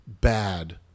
bad